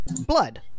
blood